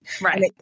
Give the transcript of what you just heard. right